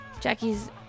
jackie's